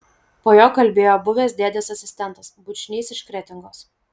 po jo kalbėjo buvęs dėdės asistentas bučnys iš kretingos